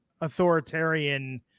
authoritarian